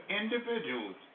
individuals